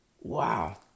Wow